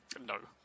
No